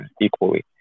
equally